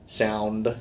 sound